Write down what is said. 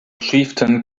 chieftain